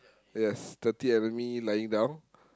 yes thirty enemy lying down